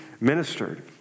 ministered